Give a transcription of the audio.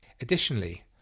Additionally